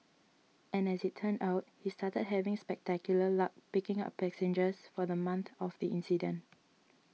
and as it turned out he started having spectacular luck picking up passengers for the month of the incident